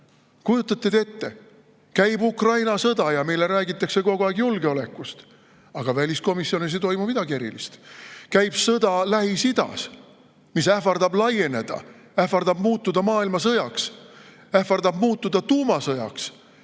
Kujutate ette, käib Ukraina sõda, meile räägitakse kogu aeg julgeolekust, aga väliskomisjonis ei toimu midagi erilist. Lähis-Idas käib sõda, mis ähvardab laieneda, ähvardab muutuda maailmasõjaks, ähvardab muutuda tuumasõjaks,